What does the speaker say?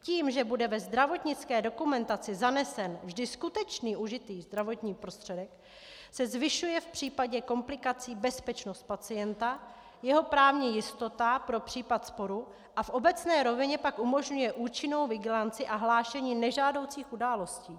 Tím, že bude ve zdravotnické dokumentaci zanesen vždy skutečný užitý zdravotní prostředek, se zvyšuje v případě komplikací bezpečnost pacienta, jeho právní jistota pro případ sporu a v obecné rovině pak umožňuje účinnou vigilanci a hlášení nežádoucích událostí.